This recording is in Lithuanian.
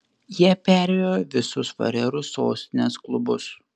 jie perėjo visus farerų sostinės klubus